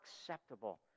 acceptable